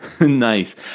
Nice